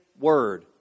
word